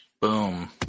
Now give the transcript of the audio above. Boom